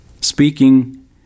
speaking